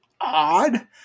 odd